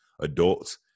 adults